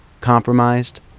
Compromised